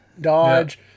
Dodge